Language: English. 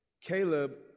Caleb